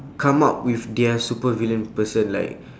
come up with their supervillain person like